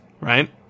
right